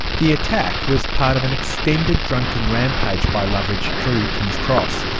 the attack was part of an extended drunken rampage by loveridge through kings cross.